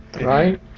right